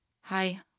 hi